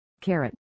carrot